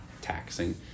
taxing